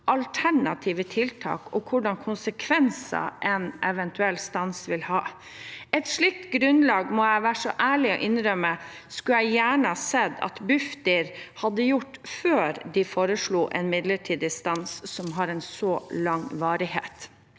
alternative tiltak og hvilke konsekvenser en eventuell stans vil ha. Et slikt grunnlag – det må jeg være ærlig og innrømme – skulle jeg gjerne ha sett at Bufdir hadde hatt før de foreslo en midlertidig stans som har en så lang varighet.